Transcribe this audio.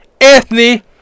Anthony